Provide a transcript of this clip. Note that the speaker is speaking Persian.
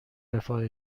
رفاه